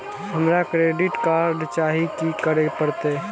हमरा credit card चाही की करे परतै?